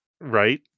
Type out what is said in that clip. Right